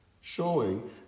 showing